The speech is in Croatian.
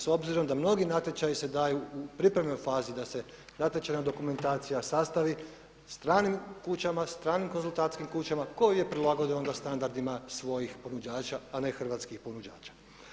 S obzirom da mnogi natječaji se daju u pripremnoj fazi da se natječajna dokumentacija sastavi stranim kućama, stranim konzultantskim kućama koju je prilagodio onda standardima svojih ponuđača, a ne hrvatskih ponuđača.